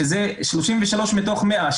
שזה 33 מתוך 100,